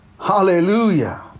Hallelujah